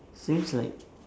seems like